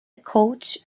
coach